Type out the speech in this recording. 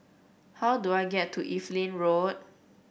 how do I get to Evelyn Road